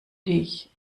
dich